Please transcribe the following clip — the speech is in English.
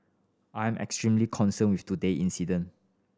I am extremely concerned with today incident